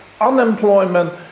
unemployment